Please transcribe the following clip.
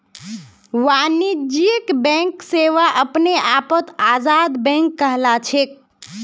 वाणिज्यिक बैंक सेवा अपने आपत आजाद बैंक कहलाछेक